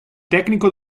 tecnico